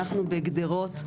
אנחנו בגדרות,